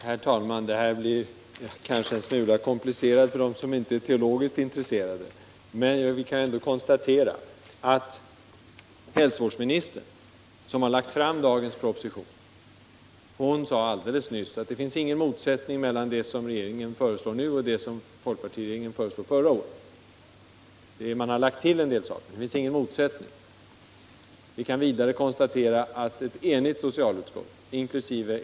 Herr talman! Det här blir kanske en smula komplicerat för dem som inte är teologiskt intresserade. Vi kan konstatera att hälsovårdsministern, som lagt fram dagens proposition, alldeles nyss sade att det inte finns någon motsättning mellan det som regeringen föreslår nu och det som folkpartiregeringen föreslog förra året. Man har lagt till en del saker, men det finns ingen motsättning. Vi kan vidare konstatera att ett enigt socialutskott, inkl.